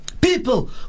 people